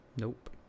Nope